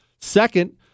Second